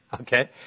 Okay